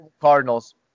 Cardinals